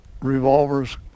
revolvers